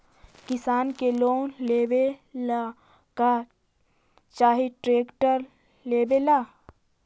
किसान के लोन लेबे ला का चाही ट्रैक्टर लेबे ला?